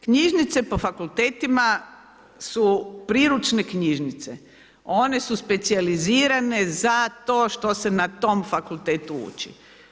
Knjižnice po fakultetima su priručne knjižnice, one su specijalizirane za to što se na tom fakultetu ući.